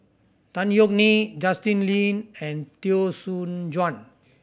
Tan Yeok Nee Justin Lean and Teo Soon Chuan